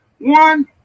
One